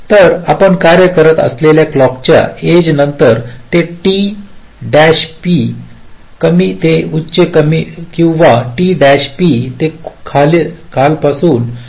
तर आपण कार्य करत असलेल्या क्लॉक च्या एज नुसार ते t p कमी ते उच्च किंवा t p ते खाल पासून कमी असू शकते